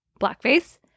blackface